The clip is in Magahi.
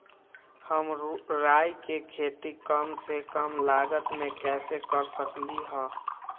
हम राई के खेती कम से कम लागत में कैसे कर सकली ह?